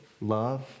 Love